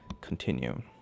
continue